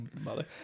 mother